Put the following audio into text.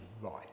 right